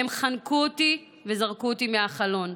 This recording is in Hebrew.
והם חנקו אותי וזרקו אותי מהחלון.